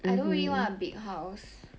I don't really want a big house